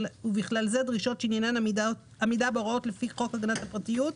ובכלל זה דרישות שעניינן עמידה בהוראות לפי חוק הגנת הפרטיות,